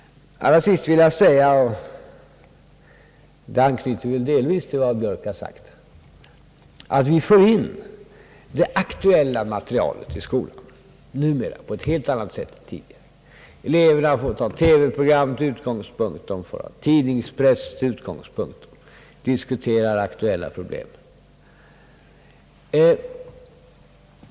Till sist vill jag säga, och det anknyter väl delvis till vad herr Björk har sagt, att vi numera för in det aktuella materialet i skolan på ett helt annat sätt än tidigare. Eleverna får ta TV program och tidningspress till utgångspunkt för sina studier och diskutera aktuella problem.